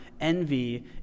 envy